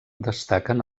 destaquen